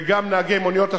וגם נהגי מוניות השירות,